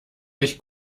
sich